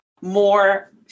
more